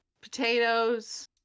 potatoes